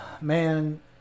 man